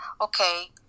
okay